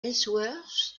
ellsworth